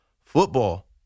football